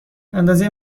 اندازه